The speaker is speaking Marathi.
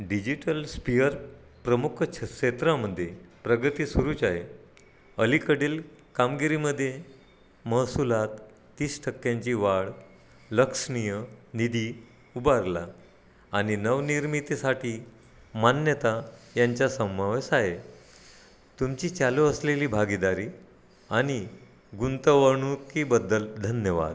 डिजिटल स्पेअर प्रमुख छ क्षेत्रामध्ये प्रगती सुरूच आहे अलीकडील कामगिरीमध्ये महसूलात तीस टक्क्यांची वाढ लक्षणीय निधी उभारला आणि नवनिर्मितीसाठी मान्यता यांचा समावेश आहे तुमची चालू असलेली भागीदारी आणि गुंतवणूकीबद्दल धन्यवाद